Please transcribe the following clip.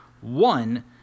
One